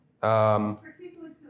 Particularly